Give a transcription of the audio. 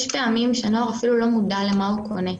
יש פעמים שנוער אפילו לא מודע למה הוא קונה,